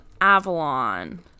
avalon